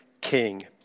king